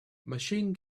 machine